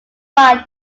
buy